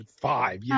five